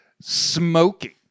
smoking